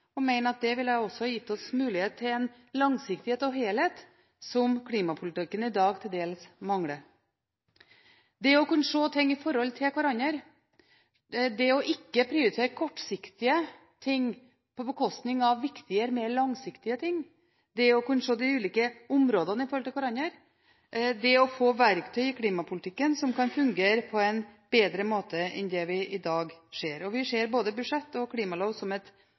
og mener at det ville gitt oss mulighet til en langsiktighet og helhet som klimapolitikken i dag til dels mangler – det å kunne se ting i forhold til hverandre, det ikke å prioritere kortsiktige ting på bekostning av viktigere, mer langsiktige ting, det å kunne se de ulike områdene i forhold til hverandre, det å få verktøy i klimapolitikken som kan fungere på en bedre måte enn det vi ser i dag. Vi ser både budsjett og klimalov som